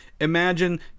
imagine